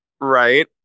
Right